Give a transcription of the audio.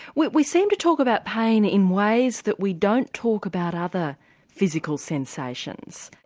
we we seem to talk about pain in ways that we don't talk about other physical sensations.